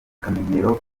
akamenyero